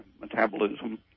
metabolism